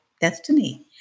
destiny